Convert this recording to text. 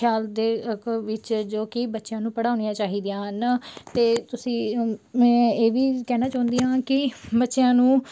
ਖਿਆਲ ਦੇ ਇੱਕ ਵਿੱਚ ਜੋ ਕਿ ਬੱਚਿਆਂ ਨੂੰ ਪੜ੍ਹਾਉਣੀਆਂ ਚਾਹੀਦੀਆਂ ਹਨ ਅਤੇ ਤੁਸੀਂ ਇਹ ਵੀ ਕਹਿਣਾ ਚਾਹੁੰਦੀ ਹਾਂ ਕਿ ਬੱਚਿਆਂ ਨੂੰ